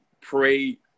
pray